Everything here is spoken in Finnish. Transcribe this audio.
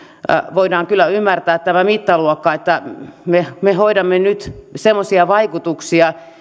voidaan kyllä ymmärtää tämä mittaluokka että me hoidamme nyt semmoisia vaikutuksia